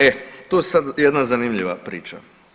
E tu je sad jedna zanimljiva priča.